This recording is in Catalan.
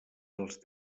dels